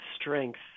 strength